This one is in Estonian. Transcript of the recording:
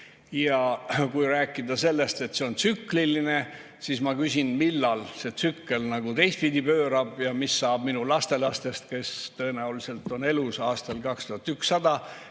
Kui rääkida sellest, et see on tsükliline, siis ma küsin, millal see tsükkel nagu teistpidi pöörab ja mis saab minu lastelastest, kes tõenäoliselt on elus aastal 2100,